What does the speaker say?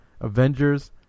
Avengers